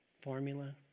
formula